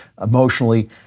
emotionally